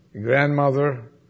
grandmother